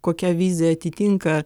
kokia vizija atitinka